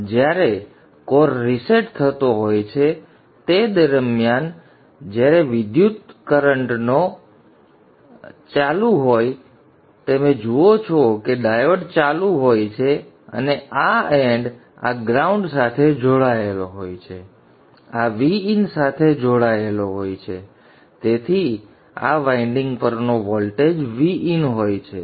જ્યારે core reset થતો હોય છે તે સમય દરમિયાન જ્યારે વિદ્યુતકરન્ટનો કરન્ટ હોય છે ત્યારે આ દરમિયાન તમે જુઓ છો કે ડાયોડ ચાલુ હોય છે અને આ એન્ડ આ ગ્રાઉંડ સાથે જોડાયેલો હોય છે અને આ Vin સાથે જોડાયેલો હોય છે તેથી આ વાઇન્ડિંગ પરનો વોલ્ટેજ Vin હોય છે